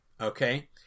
Okay